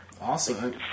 Awesome